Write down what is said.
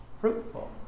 fruitful